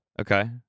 Okay